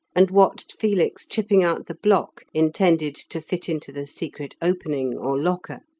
and watched felix chipping out the block intended to fit into the secret opening or locker.